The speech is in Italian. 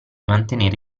mantenere